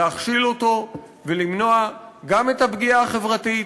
להכשיל אותו, ולמנוע גם את הפגיעה החברתית,